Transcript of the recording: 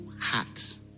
hats